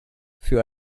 für